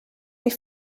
wie